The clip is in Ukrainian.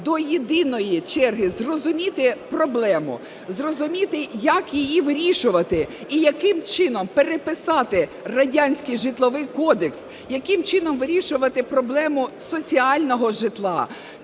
до єдиної черги, зрозуміти проблему, зрозуміти, як її вирішувати і яким чином переписати радянський Житловий кодекс, яким чином вирішувати проблему соціального житла;